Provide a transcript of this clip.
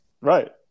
right